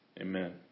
amen